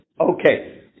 Okay